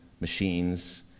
machines